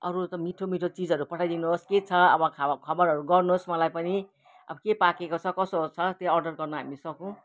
अरू त मिठो मिठो चिजहरू पठाइदिनु होस् के छ अब खब खबरहरू गर्नुहोस् मलाई पनि अब के पाकेको छ कसो छ त्यही अर्डर गर्न हामी सकौँ